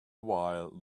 while